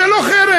זה לא חרם.